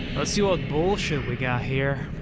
let's see what bullshit we got here.